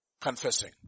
Confessing